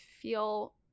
feel